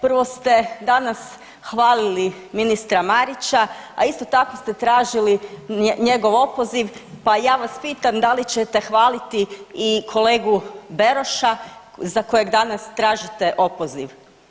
Prvo ste danas hvalili ministra Marića, a isto tako ste tražili njegov opoziv pa ja vas pitam da li ćete hvaliti i kolegu Beroša za kojeg danas tražite opoziv.